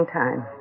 time